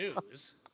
news